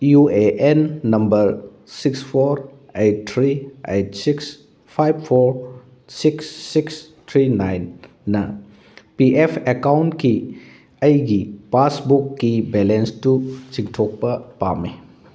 U A N number six four eight three eight six five four six six three nine ꯅ P F ꯑꯦꯀꯥꯎꯟꯀꯤ ꯑꯩꯒꯤ ꯄꯥꯁꯕꯨꯛꯀꯤ ꯕꯦꯂꯦꯟꯁꯇꯨ ꯆꯤꯡꯊꯣꯛꯄ ꯄꯥꯝꯃꯤ